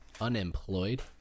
unemployed